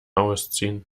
ausziehen